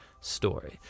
story